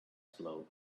float